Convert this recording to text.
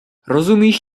rozumíš